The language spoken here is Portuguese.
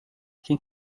quem